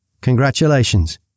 congratulations